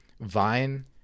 Vine